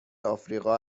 آفریقا